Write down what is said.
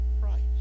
Christ